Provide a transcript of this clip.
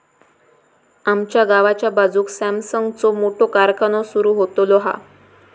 आमच्या गावाच्या बाजूक सॅमसंगचो मोठो कारखानो सुरु होतलो हा